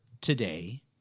today